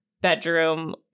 bedroom